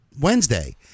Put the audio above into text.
Wednesday